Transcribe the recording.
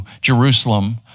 Jerusalem